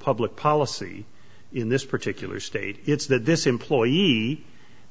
public policy in this particular state it's that this employee